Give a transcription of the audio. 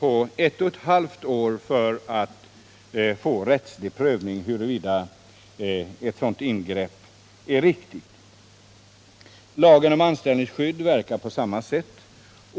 I ett sådant fall kan alltså tiden fram till dess att rättslig prövning sker av huruvida ett sådant ingrepp är riktigt komma att utsträckas ytterligare ett och ett halvt år. Beträffande lagen om anställningsskydd förhåller det sig på samma sätt.